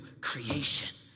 creation